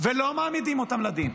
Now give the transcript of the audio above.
ולא מעמידים אותם לדין,